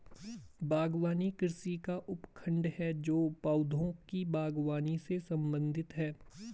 बागवानी कृषि का उपखंड है जो पौधों की बागवानी से संबंधित है